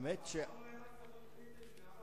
להזכיר ליושב-ראש הסוכנות לשעבר